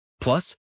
Plus